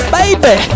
baby